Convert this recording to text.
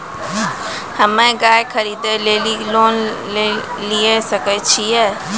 हम्मे गाय खरीदे लेली लोन लिये सकय छियै?